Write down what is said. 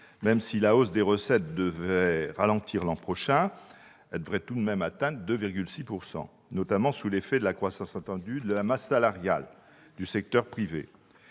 Même s'il se pourrait qu'elle ralentisse l'an prochain, cette hausse devrait tout de même atteindre 2,6 %, notamment sous l'effet de la croissance attendue de la masse salariale du secteur privé.